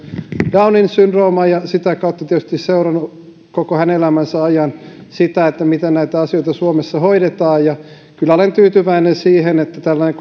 downin syndrooma ja sitä kautta olen tietysti seurannut koko hänen elämänsä ajan sitä miten näitä asioita suomessa hoidetaan kyllä olen tyytyväinen siihen että tällainen